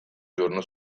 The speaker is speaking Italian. giorno